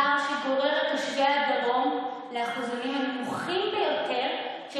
פער שגורר את תושבי הדרום לאחוזונים הנמוכים ביותר של